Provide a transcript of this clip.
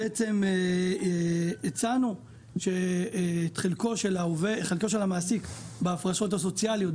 הצענו שאת חלקו של המעסיק בהפרשות הסוציאליות,